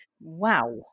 wow